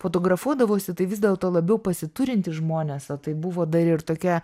fotografuodavosi tai vis dėlto labiau pasiturintys žmonės o tai buvo dar ir tokia